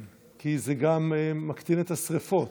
כי זה גם מקטין את השרפות.